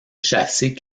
chasser